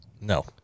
No